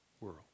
world